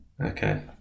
Okay